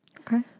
Okay